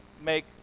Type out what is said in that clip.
make